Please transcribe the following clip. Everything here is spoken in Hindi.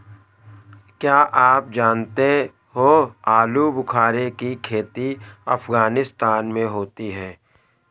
क्या आप जानते हो आलूबुखारे की खेती अफगानिस्तान में होती है